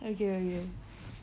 okay okay